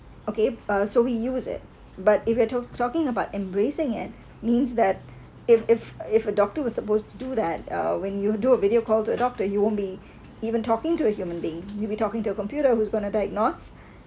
okay so we use it but if you are talking about embracing it means that if if a if a doctor was supposed to do that uh when you do a video call to doctor that you won't be even talking to a human being you'll be talking to a computer who's going to diagnose